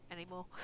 anymore